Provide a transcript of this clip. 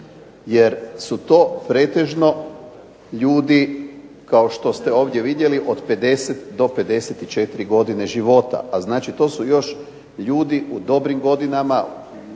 jer su to pretežno ljudi od 50 do 54 godine života. A znači to su još ljudi u dobrim godinama,